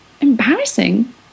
Embarrassing